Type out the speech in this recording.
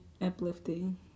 uplifting